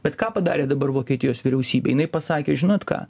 bet ką padarė dabar vokietijos vyriausybė jinai pasakė žinot ką